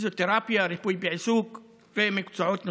פיזיותרפיה, ריפוי בעיסוק ומקצועות נוספים.